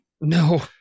No